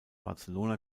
barcelona